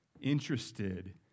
interested